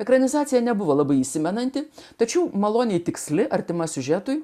ekranizacija nebuvo labai įsimenanti tačiau maloni tiksli artima siužetui